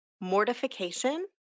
mortification